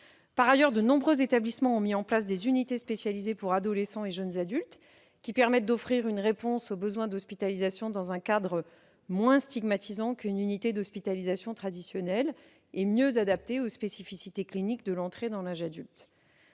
Par ailleurs, de nombreux établissements ont mis en place des unités spécialisées pour adolescents et jeunes adultes qui permettent d'offrir une réponse au besoin d'hospitalisation dans un cadre moins stigmatisant qu'une unité d'hospitalisation traditionnelle et mieux adapté aux spécificités cliniques de l'entrée dans l'âge adulte.